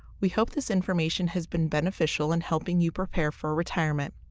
we hope this information has been beneficial in helping you prepare for retirement.